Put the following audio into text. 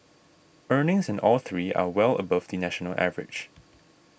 earnings in all three are well above the national average